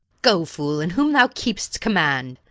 go, fool, and whom thou keep'st command.